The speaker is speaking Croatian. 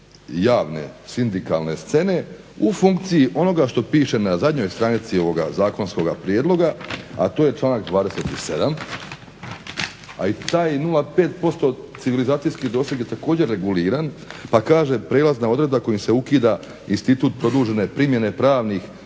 javne sindikalne scene u funkciji onoga što piše na zadnjoj stranici ovoga zakonskoga prijedloga, a to je članak 27., a i taj 0,5% civilizacijski doseg je također reguliran pa kaže prijelazna odredba kojom se ukida institut produžene primjene pravnih